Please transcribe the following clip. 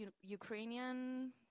Ukrainian